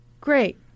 Great